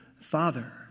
Father